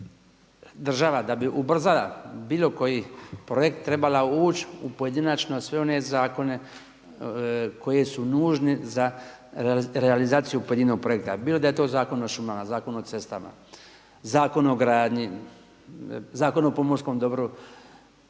država da bi ubrzala bilo koji projekt trebala ući u pojedinačno sve one zakone koji su nužni za realizaciju pojedinog projekta bilo da je to Zakon o šumama, zakon o cestama, Zakon o gradnji, zakon o pomorskom dobru,